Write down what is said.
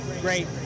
great